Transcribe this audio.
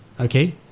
okay